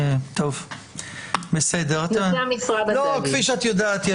כפי שאת יודעת,